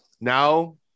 now